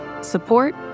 support